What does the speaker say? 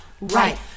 Right